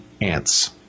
ants